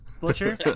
Butcher